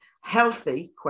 healthy